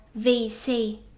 VC